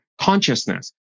consciousness